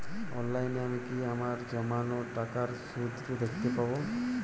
অনলাইনে আমি কি আমার জমানো টাকার সুদ দেখতে পবো?